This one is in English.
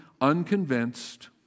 unconvinced